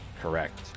Correct